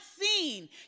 seen